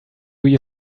you